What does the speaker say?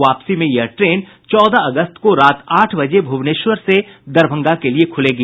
वापसी में यह ट्रेन चौदह अगस्त को रात आठ बजे भुवनेश्वर से दरभंगा के लिए खुलेगी